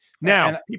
Now